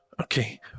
Okay